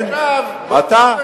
כן, אתה.